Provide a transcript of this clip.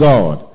God